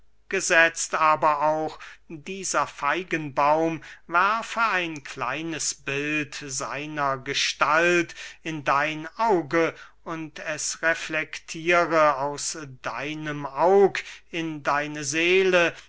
gesetzt aber auch dieser feigenbaum werfe ein kleines bild seiner gestalt in dein auge und es reflektiere aus deinem aug in deine seele